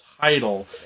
title